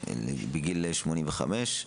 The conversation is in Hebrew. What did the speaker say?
בגיל 85,